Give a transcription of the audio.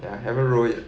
I haven't roll it